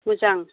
मोजां